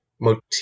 motif